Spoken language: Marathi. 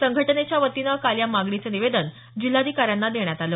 संघटनेच्या वतीनं काल या मागणीचं निवेदन जिल्हाधिकाऱ्यांना देण्यात आल